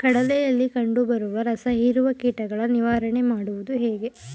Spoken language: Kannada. ಕಡಲೆಯಲ್ಲಿ ಕಂಡುಬರುವ ರಸಹೀರುವ ಕೀಟಗಳ ನಿವಾರಣೆ ಮಾಡುವುದು ಹೇಗೆ?